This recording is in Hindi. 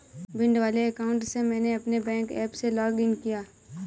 भिंड वाले अकाउंट से मैंने अपने बैंक ऐप में लॉग इन किया